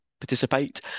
participate